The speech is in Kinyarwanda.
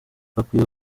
bakwiye